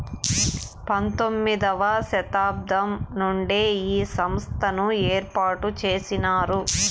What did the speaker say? పంతొమ్మిది వ శతాబ్దం నుండే ఈ సంస్థను ఏర్పాటు చేసినారు